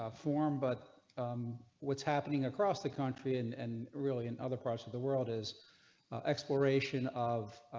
ah form. but what's happening across the country and and really in other parts of the world is exploration of?